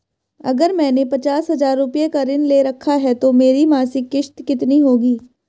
अगर मैंने पचास हज़ार रूपये का ऋण ले रखा है तो मेरी मासिक किश्त कितनी होगी?